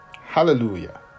Hallelujah